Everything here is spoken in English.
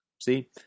See